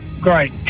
great